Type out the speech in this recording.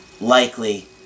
likely